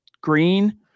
green